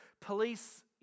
police